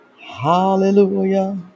Hallelujah